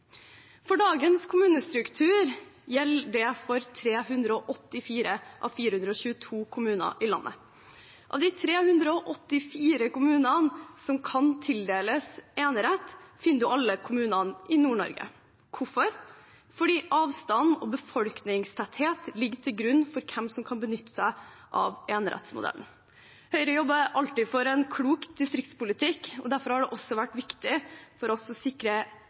For dagens kommunestruktur gjelder dette for 384 av 422 kommuner i landet. Av de 384 kommunene som kan tildeles enerett, finner vi alle kommunene i Nord-Norge. Hvorfor? Fordi avstand og befolkningstetthet ligger til grunn for hvem som kan benytte seg av enerettsmodellen. Høyre jobber alltid for en klok distriktspolitikk, og derfor har det også vært viktig for oss å sikre